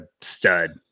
stud